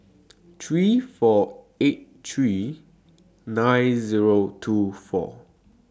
three four eight three nine Zero two four